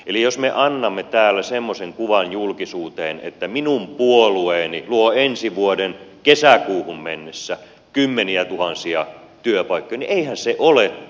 eli jos me annamme täällä semmoisen kuvan julkisuuteen että minun puolueeni luo ensi vuoden kesäkuuhun mennessä kymmeniätuhansia työpaikkoja niin eihän se ole totta